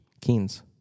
Keens